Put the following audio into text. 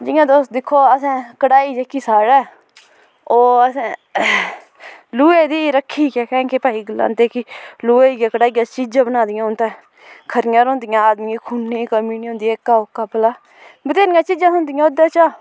जियां तुस दिक्खो असें कड़ाही जेह्की साढ़ै ओह् असें लोहे दी गै रक्खी कैं कि भाई गलांदे कि लोहे दी कड़हिया चीजां बना दियां होन तां खरियां रौंहदियां आदमिएं खुनै कमी नी होंदी एह्का ओह्का भला बथ्हेरियां चीजां थ्होंदियां ओह्दे चा